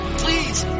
please